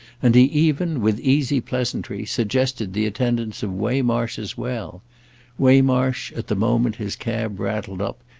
and he even, with easy pleasantry, suggested the attendance of waymarsh as well waymarsh, at the moment his cab rattled up,